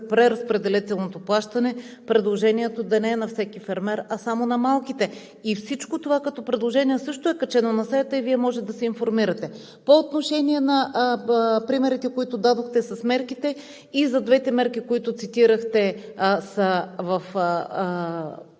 преразпределителното плащане предложението да не е на всеки фермер, а само на малките. Всичко това като предложения също е качено на сайта и Вие може да се информирате. По отношение на примерите, които дадохте с мерките. Двете мерки, които цитирахте, са в